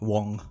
Wong